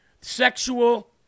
Sexual